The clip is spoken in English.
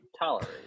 Tolerate